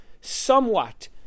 somewhat